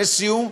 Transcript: לסיום,